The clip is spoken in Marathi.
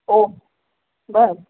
ओह बरं